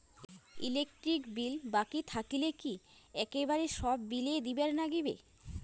Electric bill বাকি থাকিলে কি একেবারে সব বিলে দিবার নাগিবে?